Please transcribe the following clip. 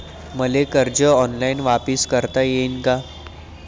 मले कर्ज ऑनलाईन वापिस करता येईन का?